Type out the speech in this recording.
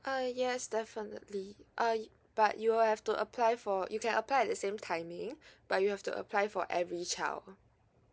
uh yes definitely uh but you will have to apply for you can apply at the same timing but you have to apply for every child